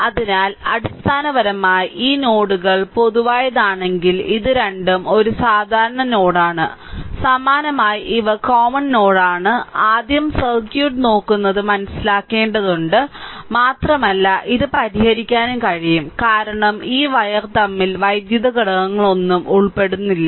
അതിനാൽ അടിസ്ഥാനപരമായി ഈ നോഡുകൾ പൊതുവായതാണെങ്കിൽ ഇത് രണ്ടും ഒരു സാധാരണ നോഡാണ് സമാനമായി ഇവ കോമൺ നോഡാണ് ആദ്യം സർക്യൂട്ട് നോക്കുന്നത് മനസിലാക്കേണ്ടതുണ്ട് മാത്രമല്ല ഇത് പരിഹരിക്കാനും കഴിയും കാരണം ഈ വയർ തമ്മിൽ വൈദ്യുത ഘടകങ്ങളൊന്നും ഉൾപ്പെടുന്നില്ല